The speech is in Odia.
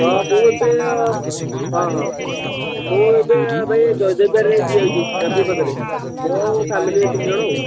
ହଁ ମୁଁ ଏବେ ହଁ ହଁ ମୁଁ ଏବେ ଭାଇ ଜୟଦେବ ବିହାରରେ ଛିଡ଼ା ହେଇଛି ଟ୍ରାଫିକ ପାଖରେ ମୁଁ ଆଉ ଫ୍ୟାମିଲି ତିନି ଜଣ ଆଉ